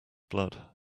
blood